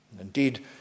Indeed